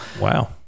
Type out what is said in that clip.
Wow